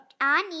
Annie